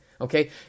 Okay